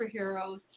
superheroes